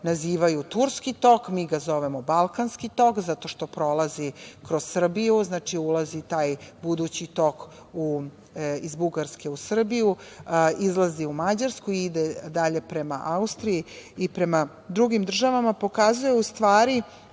nazivaju „Turski tok“, mi ga zovemo „Balkanski tok“ zato što prolazi kroz Srbiju, znači, ulazi taj budući tok iz Bugarske u Srbiju, izlazi u Mađarsku i ide dalje prema Austriji i prema drugim državama pokazuje u stvari